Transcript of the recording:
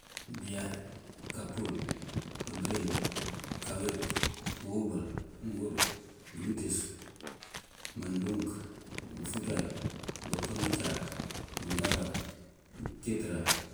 Bëyaay, kapuul, pibërind, kawet, pëwëbël, mgur, bëwiţës, mandunk, manfutar, bëpeën- ucak, mangabar. mkitëra.